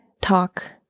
talk